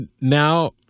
now